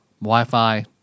Wi-Fi